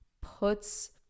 puts